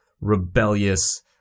rebellious